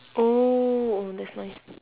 oh that's nice